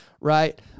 right